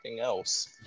else